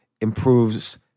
improves